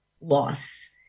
loss